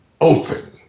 open